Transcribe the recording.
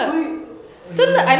wh~